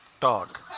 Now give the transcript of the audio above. Dog